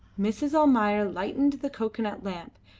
mrs. almayer lighted the cocoanut lamp,